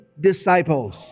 disciples